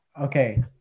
Okay